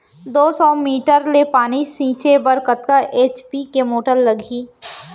दो सौ मीटर ले पानी छिंचे बर कतका एच.पी के मोटर लागही?